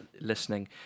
listening